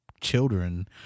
children